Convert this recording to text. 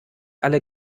alle